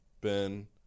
Ben